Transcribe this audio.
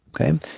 okay